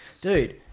dude